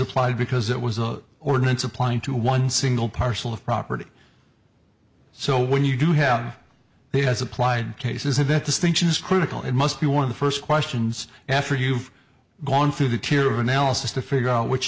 applied because it was a ordinance applying to one single parcel of property so when you do have a has applied cases that distinction is critical it must be one of the first questions after you've gone through the tear of analysis to figure out which